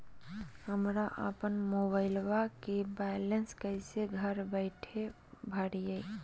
हमरा अपन मोबाइलबा के बैलेंस कैसे घर बैठल भरिए?